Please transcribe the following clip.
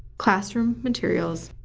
classroom materials,